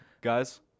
guys